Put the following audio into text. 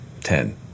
ten